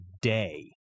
day